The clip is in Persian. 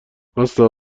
واستا